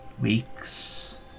weeks